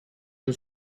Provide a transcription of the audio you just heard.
non